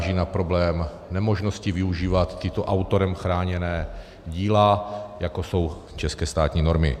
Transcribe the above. Ty narážejí na problém nemožnosti využívat tato autorem chráněná díla, jako jsou české státní normy.